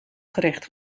gerecht